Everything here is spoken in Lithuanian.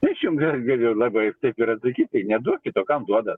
tai aš jum galiu labai taip ir atsakyt tai neduokit o kam duodat